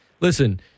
Listen